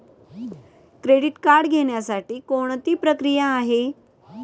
Credit card घेण्यासाठी कोणती प्रक्रिया आहे?